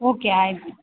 okay ಆಯ್ತು